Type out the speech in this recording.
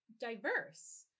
diverse